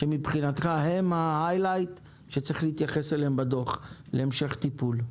שמבחינתך הן ההיי-לייט שצריך להתייחס אליהן בדוח להמשך טיפול?